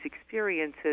experiences